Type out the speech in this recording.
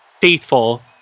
faithful